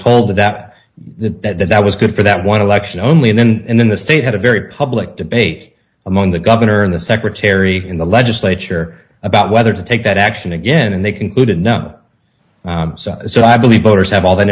told that that that was good for that one election only then and then the state had a very public debate among the governor and the secretary in the legislature about whether to take that action again and they concluded no so so i believe voters have all th